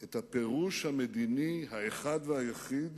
את הפירוש המדיני האחד והיחיד